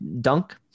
dunk